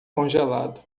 congelado